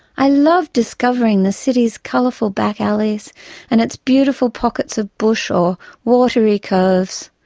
i loved discovering the city's colourful back alleys and its beautiful pockets of bush or watery coves.